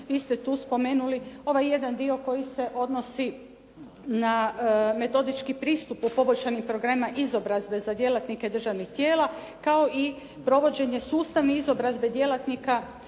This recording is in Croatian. Vi ste tu spomenuli ovaj jedan dio koji se odnosi na metodički pristup u poboljšanim programima izobrazbe za djelatnike državnih tijela, kao i provođenje sustavne izobrazbe djelatnika državnih tijela,